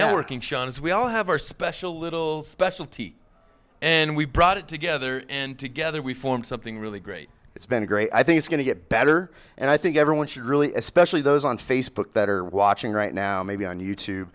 networking shuns we all have our special little specialty and we brought it together and together we formed something really great it's been great i think it's going to get better and i think everyone should really especially those on facebook that are watching right now maybe on you t